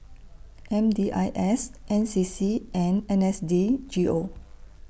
M D I S N C C and N S D G O